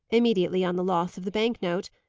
immediately on the loss of the bank-note,